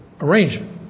arrangement